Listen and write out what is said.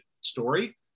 story